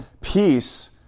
Peace